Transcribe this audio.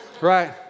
Right